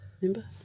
Remember